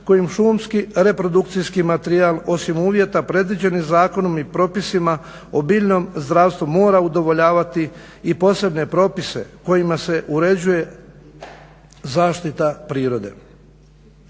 kojim šumski reprodukcijski materijal osim uvjeta predviđenih zakonom i propisima o biljnom zdravstvu mora udovoljavati i posebne propise kojima se uređuje zaštita prirode.